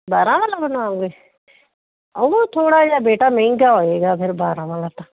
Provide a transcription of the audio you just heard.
ਬਾਰਾਂ ਵਾਲਾ ਬਣਾਓਗੇ ਉਹ ਥੋੜ੍ਹਾ ਜਿਹਾ ਬੇਟਾ ਮਹਿੰਗਾ ਹੋਏਗਾ ਫਿਰ ਬਾਰਾਂ ਵਾਲਾ ਤਾਂ